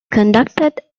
conducted